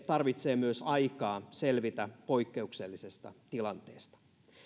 tarvitsee myös aikaa selvitä poikkeuksellisesta tilanteesta